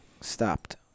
Stopped